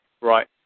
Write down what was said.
Right